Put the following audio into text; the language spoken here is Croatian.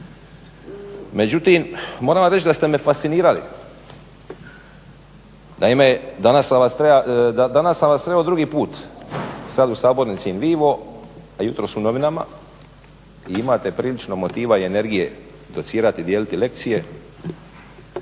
Međutim, moram vam reći da ste me fascinirali. Naime, danas sam vas sreo drugi puta, sada u sabornici in vivo, a jutros u novinama i imate prilično motiva i energije docirati, dijeliti lekcije.